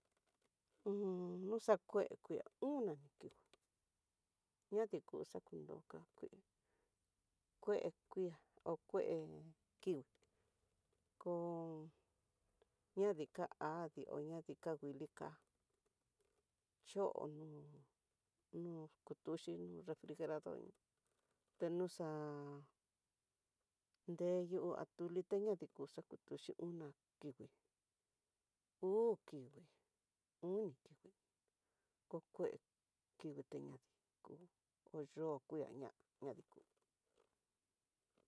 Un noxa kue kue ona ni kii, ñadiku xakundo no xa kué, kue kuia o kue kii kó ñadika adii ñadika kanguilika chono no kutuxhi no refrijerador, tenuxa nreyu atole teño ni xakutuxhi ona kii uu kingui oni kingui ko kue kingui tiñade ko koyo kue aña ñadiko.